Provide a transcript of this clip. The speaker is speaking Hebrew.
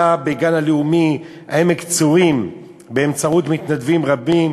בגן הלאומי עמק-צורים באמצעות מתנדבים רבים.